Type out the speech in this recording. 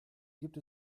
gibt